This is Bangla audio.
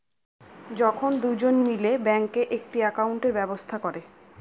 যখন দুজন মিলে ব্যাঙ্কে একটি একাউন্টের ব্যবস্থা করে